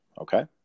okay